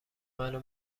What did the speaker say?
منو